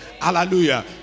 hallelujah